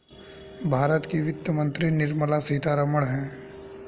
भारत की वित्त मंत्री निर्मला सीतारमण है